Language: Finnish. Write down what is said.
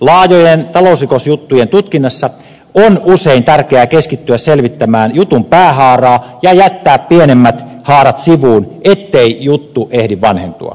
laajojen talousrikosjuttujen tutkinnassa on usein tärkeää keskittyä selvittämään jutun päähaaraa ja jättää pienemmät haarat sivuun ettei juttu ehdi vanhentua